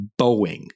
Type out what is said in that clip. Boeing